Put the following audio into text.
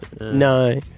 No